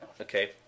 Okay